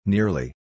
Nearly